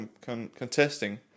contesting